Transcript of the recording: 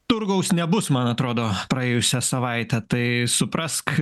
turgaus nebus man atrodo praėjusią savaitę tai suprask